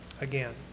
again